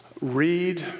Read